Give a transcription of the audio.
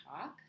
talk